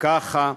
ככה.